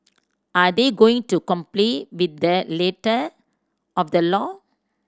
are they going to complete with the letter of the law